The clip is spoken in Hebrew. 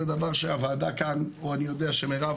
זה דבר שהוועדה כאן או אני יודע שמירב